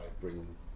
bring